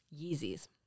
Yeezys